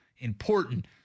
important